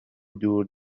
دور